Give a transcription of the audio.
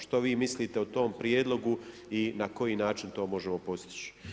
Što vi mislite o tom prijedlogu i na koji način to možemo postići?